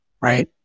Right